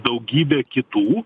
ir daugybė kitų